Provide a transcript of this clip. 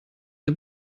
dem